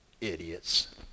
Idiots